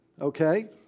okay